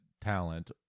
talent